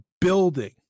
building